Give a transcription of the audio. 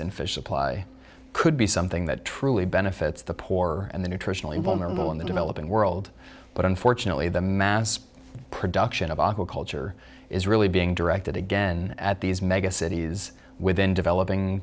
in fish supply could be something that truly benefits the poor and the nutritionally vulnerable in the developing world but unfortunately the mass production of aqua culture is really being directed again at these mega cities within developing